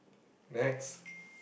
next